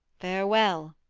farewell,